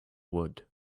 wood